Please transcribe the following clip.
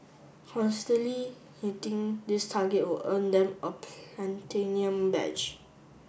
constantly hitting this target would earn them a platinum badge